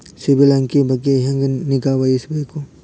ಸಿಬಿಲ್ ಅಂಕಿ ಬಗ್ಗೆ ಹೆಂಗ್ ನಿಗಾವಹಿಸಬೇಕು?